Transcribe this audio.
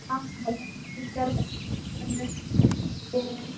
ଭଲ ପରିଷ୍କାର ପରିଚ୍ଛନ୍ନରେ